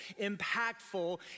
impactful